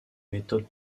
méthodes